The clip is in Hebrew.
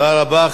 תודה רבה.